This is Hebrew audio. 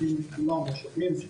משקיעים את מלוא המשאבים,